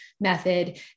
method